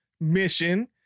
mission